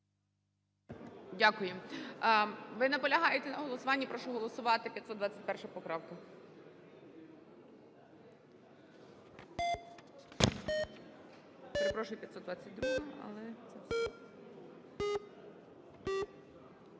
Дякую. Ви наполягаєте на голосуванні. Прошу голосувати, 521 поправка.